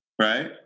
right